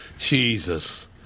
Jesus